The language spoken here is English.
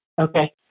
okay